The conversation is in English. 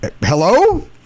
hello